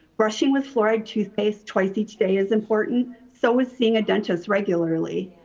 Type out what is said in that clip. brushing with fluoride toothpaste twice each day is important, so is seeing a dentist regularly.